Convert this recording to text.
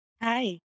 Hi